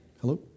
Hello